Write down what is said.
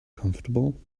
comfortable